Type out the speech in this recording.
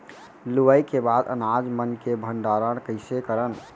लुवाई के बाद अनाज मन के भंडारण कईसे करन?